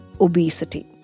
obesity